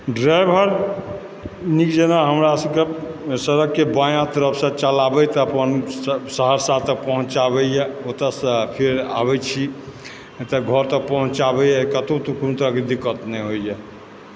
driver नीक जेकाँ हमरा सभकेँ सड़कके बायाँ तरफ से चलाबैत अपन सहरसा तक पहुँचाबैए ओतऽ सँ फेर आबय छी एतय घर तक पहुँचाबयए कतहुँ कोनो तरहकेँ दिक्कत नहि होइए